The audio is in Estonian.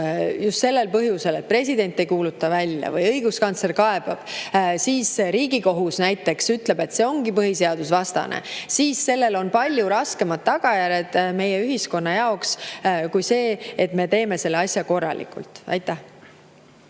just sellel põhjusel, et president ei kuuluta [seadust] välja või õiguskantsler kaebab Riigikohtusse ja kohus ütleb, et see ongi põhiseadusvastane, siis sellel on palju raskemad tagajärjed meie ühiskonna jaoks kui sellel, et me teeme selle asja korralikult ära.